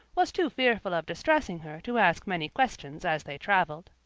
was too fearful of distressing her to ask many questions as they travelled.